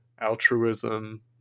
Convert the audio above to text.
altruism